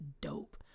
dope